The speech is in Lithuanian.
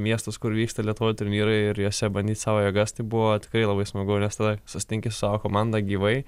miestus kur vyksta lietuvoje turnyrai ir juose bandyt savo jėgas tai buvo tikrai labai smagu nes tada susitinki su savo komanda gyvai